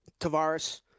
Tavares